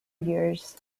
years